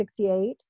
1968